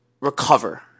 recover